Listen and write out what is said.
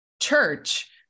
church